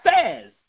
says